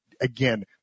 again